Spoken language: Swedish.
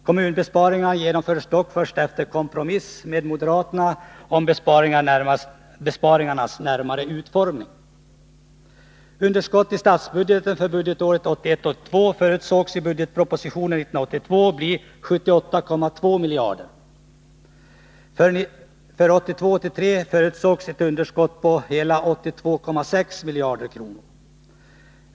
Kommunbesparingarna genomfördes dock först efter en kompromiss med moderaterna om besparingarnas närmare utformning. Underskottet i statsbudgeten för budgetåret 1981 83 förutsågs ett underskott på 82,6 miljarder kronor.